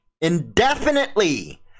indefinitely